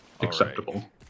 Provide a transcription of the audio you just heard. acceptable